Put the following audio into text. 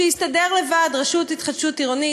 שתסתדר לבד הרשות להתחדשות עירונית.